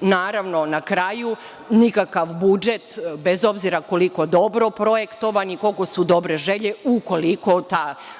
na kraju, nikakav budžet, bez obzira koliko dobro projektovan i koliko su dobre želje, ukoliko